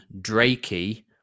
Drakey